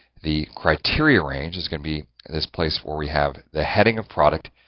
the criteria range is going to be this place where we have the heading of product.